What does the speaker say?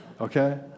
okay